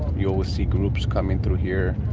you always see groups coming through here.